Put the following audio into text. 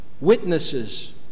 witnesses